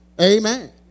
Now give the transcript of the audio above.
Amen